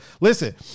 Listen